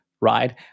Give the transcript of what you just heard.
right